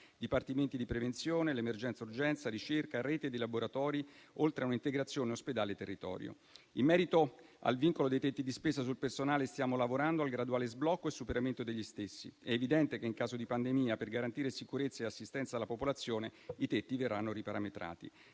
dipartimenti di prevenzione, l'emergenza-urgenza, ricerca, rete dei laboratori oltre a un'integrazione tra ospedale e territorio. In merito al vincolo dei tetti di spesa sul personale, stiamo lavorando al graduale sblocco e superamento degli stessi. È evidente che, in caso di pandemia, per garantire sicurezza e assistenza alla popolazione, i tetti verranno riparametrati.